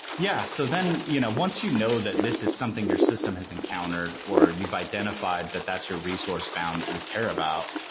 yeah. so then you know once you know that this is something your system has encountered or you've identified that that's your resource bound that you care about,